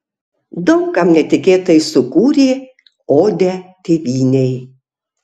daug kam netikėtai sukūrė odę tėvynei